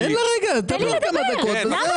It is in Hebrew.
תן לה כמה דקות לדבר.